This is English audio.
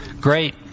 Great